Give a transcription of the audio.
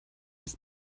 his